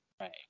Right